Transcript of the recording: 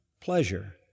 pleasure